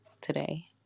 today